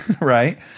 right